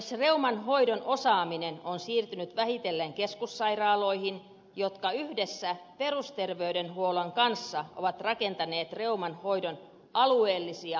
myös reuman hoidon osaaminen on siirtynyt vähitellen keskussairaaloihin jotka yhdessä perusterveydenhuollon kanssa ovat rakentaneet reuman hoidon alueellisia hoitoketjuja